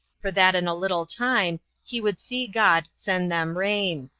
for that in a little time he would see god send them rain.